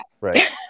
right